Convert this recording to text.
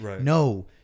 No